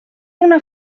una